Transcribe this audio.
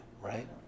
right